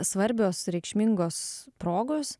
svarbios reikšmingos progos